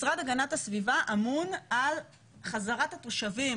משרד הגנת הסביבה אמון על חזרת התושבים